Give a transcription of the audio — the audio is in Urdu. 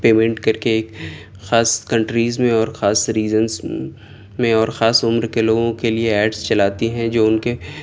پیمنٹ کر کے خاص کنٹریز میں اور خاص ریزنس میں اور خاص عمر کے لوگوں کے لیے ایڈس چلاتی ہیں جو ان کے